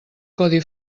codi